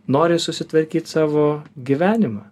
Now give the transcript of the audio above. nori susitvarkyt savo gyvenimą